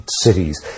cities